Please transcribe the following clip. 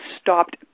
stopped